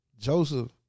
joseph